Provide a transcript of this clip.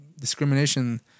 discrimination